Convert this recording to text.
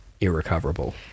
irrecoverable